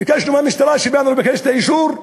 ביקשנו מהמשטרה כשבאנו לבקש את האישור,